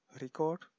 record